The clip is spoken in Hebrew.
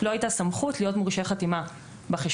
לא הייתה סמכות להיות מורשה חתימה בחשבון.